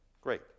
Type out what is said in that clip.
great